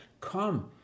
come